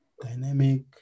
dynamic